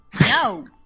No